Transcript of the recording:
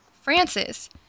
Francis